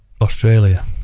Australia